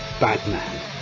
Batman